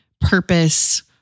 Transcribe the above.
purpose